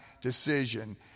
decision